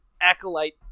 acolyte